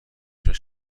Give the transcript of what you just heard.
suoi